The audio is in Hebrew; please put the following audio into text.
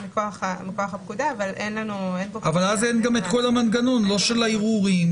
אבל אז אין המנגנון לא של הערעורים,